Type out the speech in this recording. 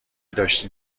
داشتین